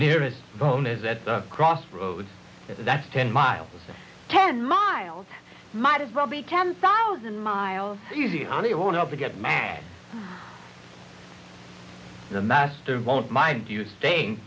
nearest bone is at the crossroads that's ten miles ten miles might as well be ten thousand miles easy on the want to get man the master won't mind you staying